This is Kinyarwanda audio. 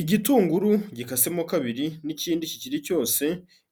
Igitunguru gikasemo kabiri n'ikindi kikiri cyose,